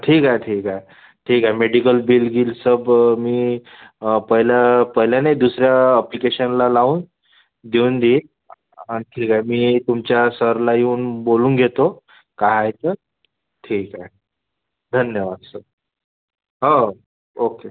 ठीक आहे ठीक आहे ठीक आहे मेडिकल बिल गिलचं ब मी पइल्या पहिल्या नाही दुसऱ्या अप्लिकेशनला लावून देऊन दिल ठीक आहे मी तुमच्या सरला येऊन बोलून घेतो काय आहे तर ठीक आहे धन्यवाद सर हो ओके